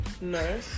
no